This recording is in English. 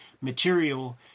material